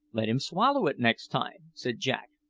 let him swallow it next time, said jack,